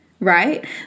right